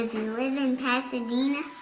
live in pasadena?